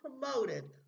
promoted